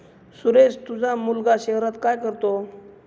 सुरेश तुझा मुलगा शहरात काय करतो